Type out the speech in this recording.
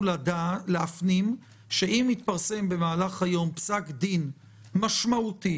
להפנים שאם יתפרסם במהלך היום פסק דין משמעותי